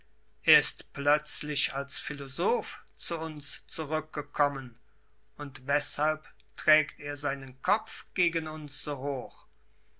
ist plötzlich als philosoph zu uns zurückgekommen und weßhalb trägt er seinen kopf gegen uns so hoch